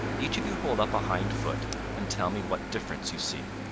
each of you hold up a hind foot and tell me what difference you see.